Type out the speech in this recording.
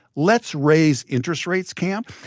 let's raise interest rates camp.